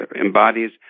embodies